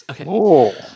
Okay